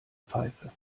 pfeife